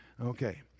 Okay